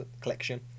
collection